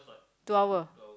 two hour